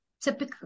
typically